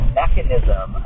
mechanism